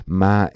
ma